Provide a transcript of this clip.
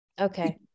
Okay